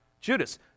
Judas